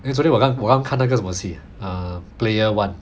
then 昨天我刚我刚看那个什么戏 ah err player one